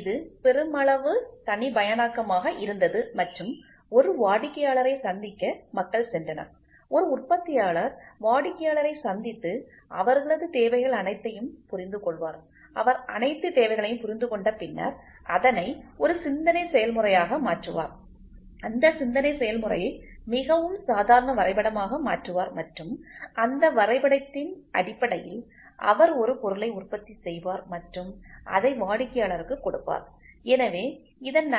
இது பெருமளவு தனிப்பயனாக்கமாக இருந்தது மற்றும் ஒரு வாடிக்கையாளரை சந்திக்க மக்கள் சென்றனர் ஒரு உற்பத்தியாளர் வாடிக்கையாளரைச் சந்தித்து அவர்களது தேவைகள் அனைத்தையும் புரிந்து கொள்வார் அவர் அனைத்து தேவைகளையும் புரிந்து கொண்ட பின்னர் அதனை ஒரு சிந்தனை செயல்முறையாக மாற்றுவார் அந்த சிந்தனை செயல்முறையை மிகவும் சாதாரண வரைபடமாக மாற்றுவார் மற்றும் அந்த வரைபடத்தின் அடிப்படையில் அவர் ஒரு ஒரு பொருளை உற்பத்தி செய்வார் மற்றும் அதை வாடிக்கையாளருக்குக் கொடுப்பார் எனவே இதன் நன்மை என்ன